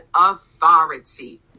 authority